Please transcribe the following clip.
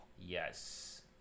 yes